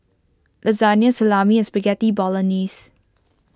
Lasagna Salami and Spaghetti Bolognese